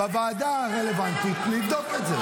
בוועדה הרלוונטית נבדוק את זה.